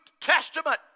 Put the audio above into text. Testament